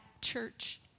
church